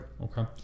Okay